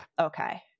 okay